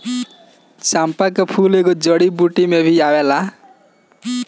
चंपा के फूल एगो जड़ी बूटी में भी आवेला